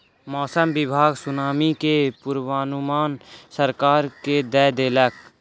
मौसम विभाग सुनामी के पूर्वानुमान सरकार के दय देलक